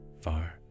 far